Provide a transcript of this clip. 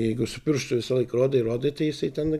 jeigu su pirštu visąlaik rodai rodai tai jisai ten